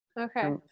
okay